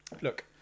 Look